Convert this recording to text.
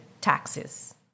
taxes